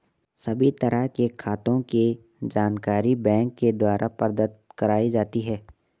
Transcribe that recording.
सभी तरह के खातों के जानकारी बैंक के द्वारा प्रदत्त कराई जाती है